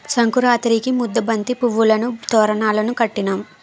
సంకురాతిరికి ముద్దబంతి పువ్వులును తోరణాలును కట్టినాం